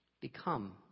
become